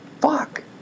fuck